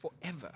forever